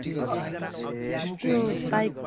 क त्यो बाइक